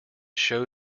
show